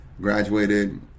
graduated